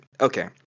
okay